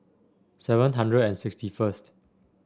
seven hundred and sixty first